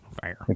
fire